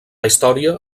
història